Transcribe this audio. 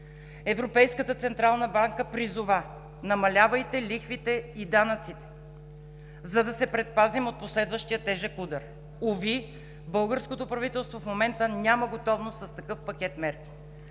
Европейската централна банка призова: намалявайте лихвите и данъците, за да се предпазим от последващ тежък удар. Уви, българското правителство в момента няма готовност с такъв пакет от мерки.